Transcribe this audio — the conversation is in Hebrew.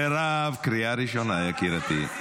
מירב, מירב, קריאה ראשונה, יקירתי.